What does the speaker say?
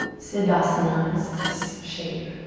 siddhasana is this shape.